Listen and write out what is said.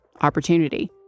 opportunity